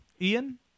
Ian